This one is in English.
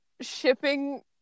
shipping